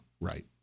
right